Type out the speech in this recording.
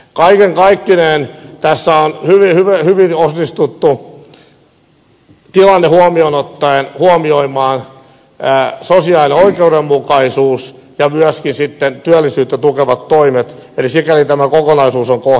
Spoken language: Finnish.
kaiken kaikkiaan tässä on hyvin onnistuttu tilanne huomioon ottaen huomioimaan sosiaalinen oikeidenmukaisuus ja myöskin sitten työllisyyttä tukevat toimet eli sikäli tämä kokonaisuus on kohdallaan